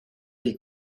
die